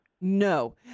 No